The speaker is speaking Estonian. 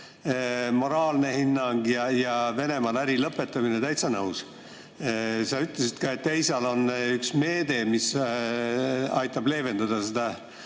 moraalne hinnang ja Venemaal äri lõpetamine – täitsa nõus. Sa ütlesid ka, et EISA-l on üks meede, mis aitab leevendada seda